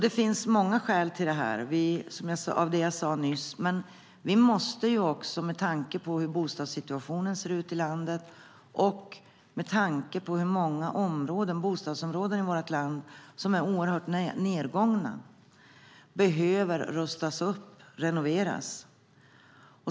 Det finns många skäl till det jag sade nyss, men med tanke på hur bostadssituationen ser ut i landet och med tanke på hur många bostadsområden i vårt land som är oerhört nedgångna måste vi rusta upp och renovera.